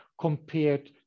compared